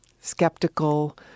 skeptical